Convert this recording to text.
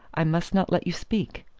i must not let you speak.